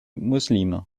muslime